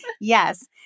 yes